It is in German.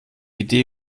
idee